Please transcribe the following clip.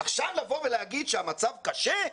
ועכשיו לבוא ולומר שהמצב קשה?